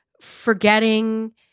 forgetting